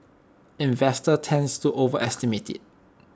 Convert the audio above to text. investors tends to overestimate IT